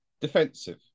defensive